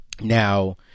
now